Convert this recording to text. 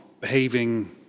behaving